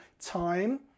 time